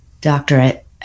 doctorate